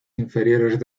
inferiores